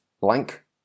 blank